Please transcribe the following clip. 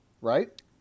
right